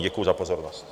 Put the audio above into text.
Děkuji za pozornost.